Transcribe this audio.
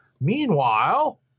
Meanwhile